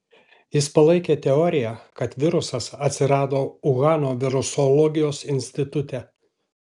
jis palaikė teoriją kad virusas atsirado uhano virusologijos institute